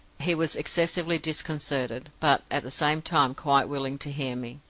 he was excessively disconcerted, but at the same time quite willing to hear me.